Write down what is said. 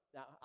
Now